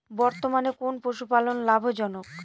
বর্তমানে কোন পশুপালন লাভজনক?